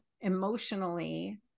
emotionally